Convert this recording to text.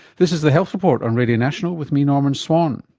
this is the health report on radio national with me, norman swan.